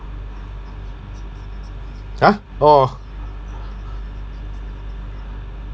!huh! oh